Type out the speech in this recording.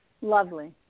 Lovely